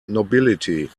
nobility